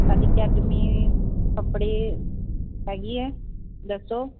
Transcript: ਸਾਡੀ ਅਕੈਡਮੀ ਕੱਪੜੇ ਹੈਗੀ ਹੈ ਦੱਸੋ